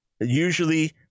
usually